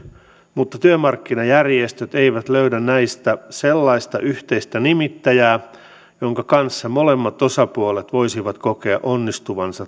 mutta työmarkkinajärjestöt eivät löydä näistä sellaista yhteistä nimittäjää jonka kanssa molemmat osapuolet voisivat kokea onnistuvansa